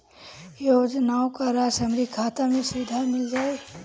योजनाओं का राशि हमारी खाता मे सीधा मिल जाई?